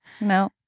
No